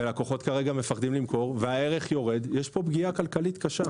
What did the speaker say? ולקוחות מפחדים למכור כרגע והערך יורד יש פה פגיעה כלכלית קשה.